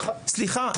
סליחה,